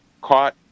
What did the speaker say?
caught